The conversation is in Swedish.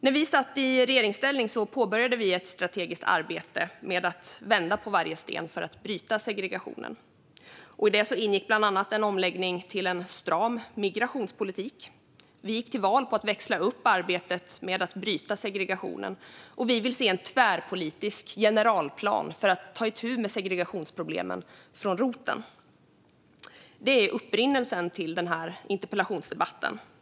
När vi satt i regeringsställning påbörjade vi ett strategiskt arbete att vända på varje sten för att bryta segregationen. I det ingick bland annat en omläggning till en stram migrationspolitik. Vi gick till val på att växla upp arbetet med att bryta segregationen, och vi vill se en tvärpolitisk generalplan för att ta itu med segregationsproblemen från roten. Det är upprinnelsen till den här interpellationsdebatten.